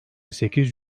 sekiz